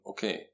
Okay